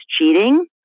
cheating